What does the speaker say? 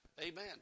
Amen